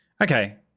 okay